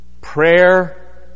prayer